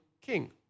king